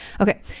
Okay